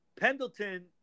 Pendleton